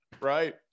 right